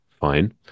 fine